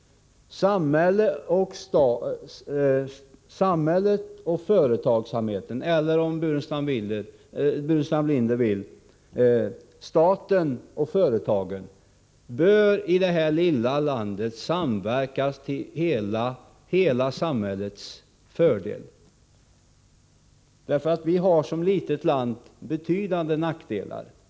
Samhället och företagsamheten eller — om Staffan Burenstam Linder föredrar det — staten och företagsamheten bör i detta lilla land samverka till hela samhällets fördel. Vi har som ett litet land betydande nackdelar.